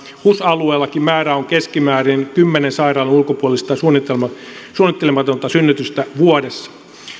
hus alueellakin määrä on keskimäärin kymmenen sairaalan ulkopuolista suunnittelematonta synnytystä vuodessa